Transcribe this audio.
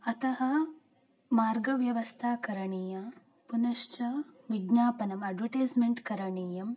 अतः मार्गव्यवस्था करणीया पुनश्च विज्ञापनम् अड्वटैस्मेण्ट् करणीयं